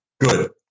Good